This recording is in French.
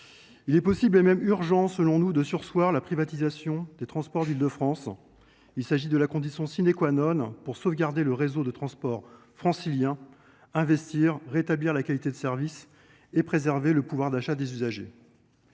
Il est possible et même urgent selon nous de surseoir à la privatisation des transports d’Île de France. Il s’agit de la condition pour sauvegarder le réseau de transports francilien, investir, rétablir la qualité de service et préserver le pouvoir d’achat des usagers.